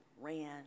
ran